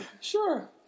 Sure